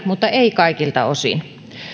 mutta ei kaikilta osin